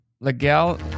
Legal